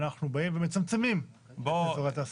אנחנו באים ומצמצמים אזורי תעסוקה.